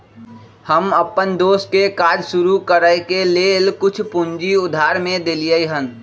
हम अप्पन दोस के काज शुरू करए के लेल कुछ पूजी उधार में देलियइ हन